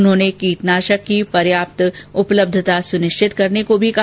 उन्होंने कीटनाशक की पर्याप्त उपलब्यता सुनिश्चित करने को भी कहा